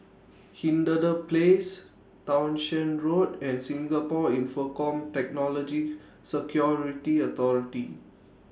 Hindhede Place Townshend Road and Singapore Infocomm Technology Security Authority